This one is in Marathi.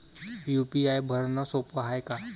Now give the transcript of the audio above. यू.पी.आय भरनं सोप हाय का?